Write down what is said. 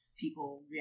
people